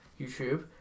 youtube